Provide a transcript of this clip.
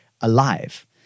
alive